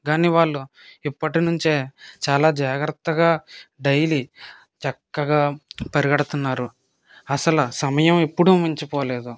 కానీ వాళ్ళు ఇప్పటినుంచే చాలా జాగ్రత్తగా డైలీ చక్కగా పరిగెడుతున్నారు అసలు సమయం ఎప్పుడూ మించి పోలేదు